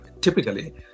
typically